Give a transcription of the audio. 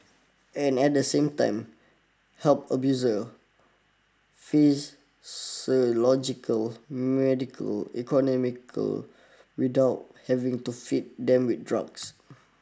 and at the same time help abusers physiological medical economical without having to feed them with drugs